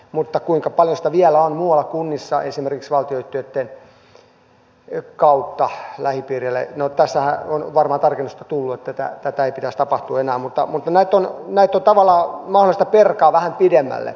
mutta kuinka paljon sitä vielä on muualla kunnissa esimerkiksi valtion yhtiöitten kautta lähipiireille no tässähän on varmaan tarkennusta tullut niin että tätä ei pitäisi tapahtua enää mutta näitä on tavallaan mahdollista perata vähän pidemmälle